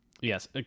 Yes